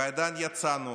ועדיין יצאנו